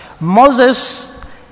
Moses